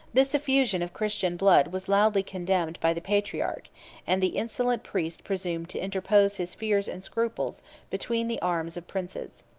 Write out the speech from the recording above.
this effusion of christian blood was loudly condemned by the patriarch and the insolent priest presumed to interpose his fears and scruples between the arms of princes.